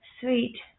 Sweet